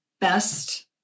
best